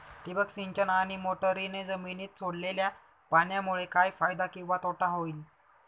ठिबक सिंचन आणि मोटरीने जमिनीत सोडलेल्या पाण्यामुळे काय फायदा किंवा तोटा होईल?